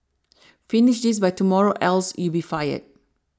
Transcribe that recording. finish this by tomorrow else you'll be fired